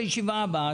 לישיבה הבאה,